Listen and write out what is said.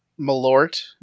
Malort